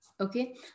okay